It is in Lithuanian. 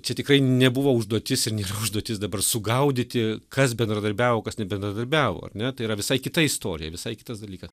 čia tikrai nebuvo užduotis ir nėra užduotis dabar sugaudyti kas bendradarbiavo kas nebendradarbiavo ar ne tai yra visai kita istorija visai kitas dalykas